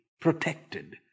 protected